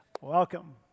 Welcome